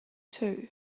too